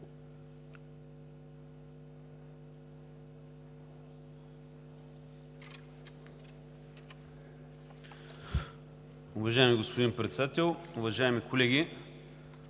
Уважаеми господин Председателстващ, уважаеми колеги